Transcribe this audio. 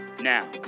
Now